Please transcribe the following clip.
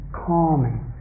calming